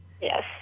Yes